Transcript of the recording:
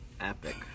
Epic